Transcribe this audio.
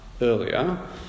earlier